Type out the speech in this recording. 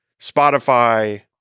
Spotify